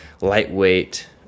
lightweight